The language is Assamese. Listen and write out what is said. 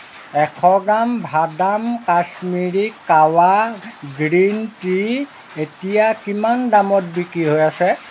এশ গ্ৰাম ভাদাম কাশ্মীৰী কাৱা গ্ৰীণ টি এতিয়া কিমান দামত বিক্ৰী হৈ আছে